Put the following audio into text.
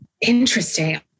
Interesting